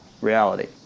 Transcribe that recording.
reality